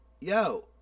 Yo